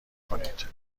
کنید